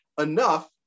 Enough